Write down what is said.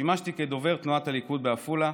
שימשתי דובר תנועת הליכוד בעפולה,